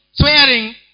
Swearing